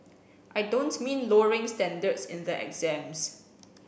I don't mean lowering standards in the exams